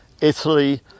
Italy